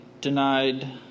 denied